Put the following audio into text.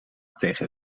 tegen